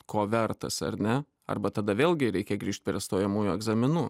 ko vertas ar ne arba tada vėlgi reikia grįžt prie stojamųjų egzaminų